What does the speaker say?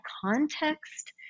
context